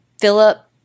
philip